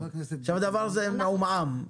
הדבר הזה מעומעם,